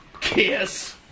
Kiss